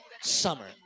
Summer